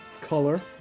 color